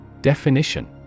Definition